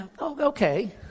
Okay